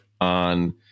on